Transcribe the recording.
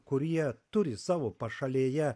kurie turi savo pašalėje